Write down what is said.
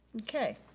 okay.